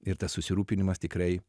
ir tas susirūpinimas tikrai